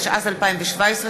התשע"ז 2017,